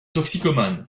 toxicomane